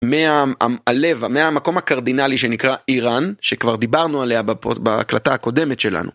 מה... לב, מהמקום הקרדינלי שנקרא איראן שכבר דיברנו עליה בפוד... בהקלטה הקודמת שלנו.